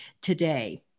today